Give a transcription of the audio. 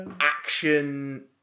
action